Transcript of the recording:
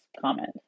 comment